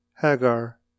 Hagar